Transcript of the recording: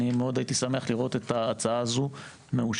הייתי שמח מאוד לראות את ההצעה הזאת מאושרת